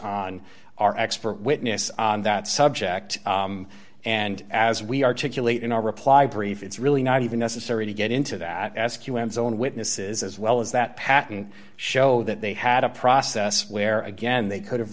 on our expert witness on that subject and as we articulate in our reply brief it's really not even necessary to get into that s q end zone witnesses as well as that patent show that they had a process where again they could have